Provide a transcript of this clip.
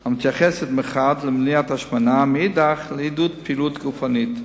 והמתייחסת מחד למניעת השמנה ומאידך לעידוד פעילות גופנית.